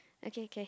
okay okay